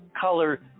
color